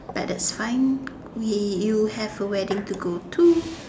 but that's fine you have a wedding to go to